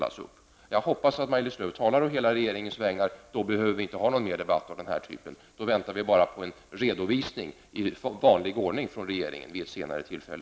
Jag hoppas som sagt att Maj-Lis Lööw talar å hela regeringens vägnar -- då behöver vi inte ha någon mer debatt av den här typen: Då väntar vi bara på en redovisning i vanlig ordning från regeringen vid ett senare tillfälle.